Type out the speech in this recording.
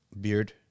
beard